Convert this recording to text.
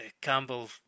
Campbell